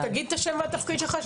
תגיד את השם והתפקיד שלך בבקשה.